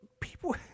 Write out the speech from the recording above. people